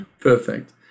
Perfect